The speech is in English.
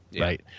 right